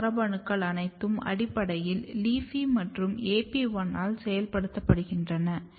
இந்த மரபணுக்கள் அனைத்தும் அடிப்படையில் LEAFY மற்றும் AP1 ஆல் செயல்படுத்தப்படுகின்றன